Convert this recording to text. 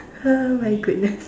oh my goodness